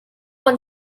when